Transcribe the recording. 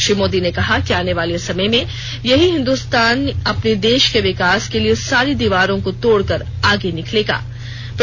श्री मोदी ने कहा कि आने वाले समय में यही हिन्दुस्तानी अपने देश के विकास के लिए सारी दीवारों को तोड़कर आगे निकलेंगें